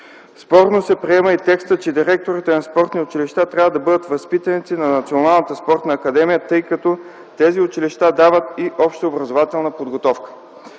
Спорно се приема и текстът, че директорите на спортни училища трябва да бъдат възпитаници на Националната спортна академия, тъй като тези училища дават и общообразователна подготовка.